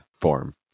form